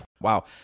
Wow